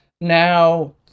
Now